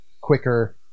quicker